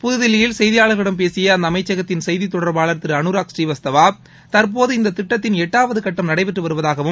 புது தில்லியில் செய்தியாளர்களிடம் பேசிய அந்த அமைச்சகத்தின் செய்தித் தொடர்பாளர் திரு அரைாக் புநீவஸ்தவா தற்போது இந்தத் திட்டத்தின் எட்டாவது கட்டம் நடைபெற்று வருவதாகவும்